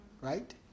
right